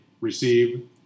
receive